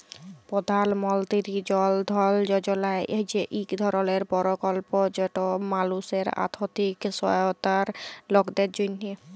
পধাল মলতিরি জল ধল যজলা হছে ইক ধরলের পরকল্প যেট মালুসের আথ্থিক সহায়তার লকদের জ্যনহে